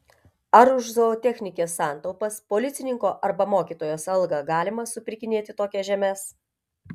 ar už zootechnikės santaupas policininko arba mokytojos algą galima supirkinėti tokias žemes